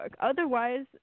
Otherwise